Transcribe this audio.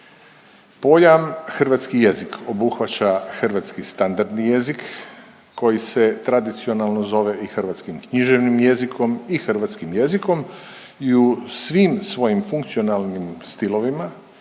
Pojam hrvatski jezik obuhvaća hrvatski standardni jezik koji se tradicionalno zove i hrvatskim književnim jezikom i hrvatskim jezikom i u svim svojim funkcionalnim stilovima